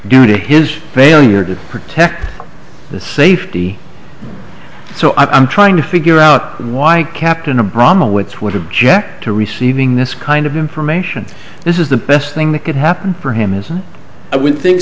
go to his failure to protect the safety so i'm trying to figure out why captain abramowitz would object to receiving this kind of information this is the best thing that could happen for him and i would think